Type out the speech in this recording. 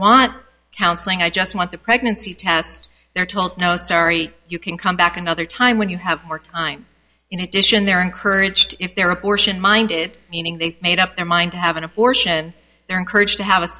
want counseling i just want the pregnancy test they're told no sorry you can come back another time when you have more time in addition they're encouraged if they're abortion minded meaning they made up their mind to have an abortion they're encouraged to have a